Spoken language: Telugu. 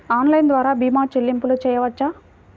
ఆన్లైన్ ద్వార భీమా చెల్లింపులు చేయవచ్చా?